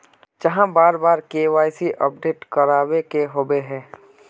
चाँह बार बार के.वाई.सी अपडेट करावे के होबे है?